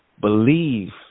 believe